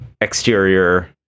exterior